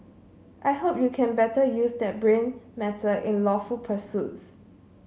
I hope you can better use that brain matter in lawful pursuits